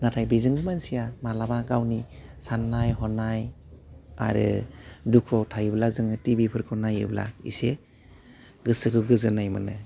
नाथा बेजों मानसिया मालाबा गावनि सान्नाय हनाय आरो दुखुवाव थायोब्ला जोङो टिभिफोरखौ नायोब्ला इसे गोसोखौ गोजोन्नाय मोनो